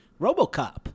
RoboCop